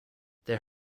there